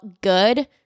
good